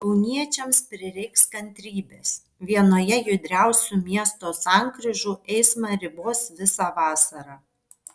kauniečiams prireiks kantrybės vienoje judriausių miesto sankryžų eismą ribos visą vasarą